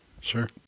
sure